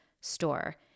store